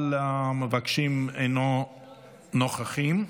אבל המבקשים אינם נוכחים.